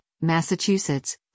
Massachusetts